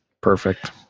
Perfect